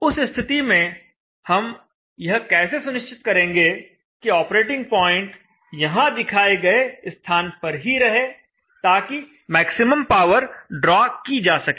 उस स्थिति में हम यह कैसे सुनिश्चित करेंगे कि ऑपरेटिंग प्वाइंट यहां दिखाए गए स्थान पर ही रहे ताकि मैक्सिमम पावर ड्रॉ की जा सके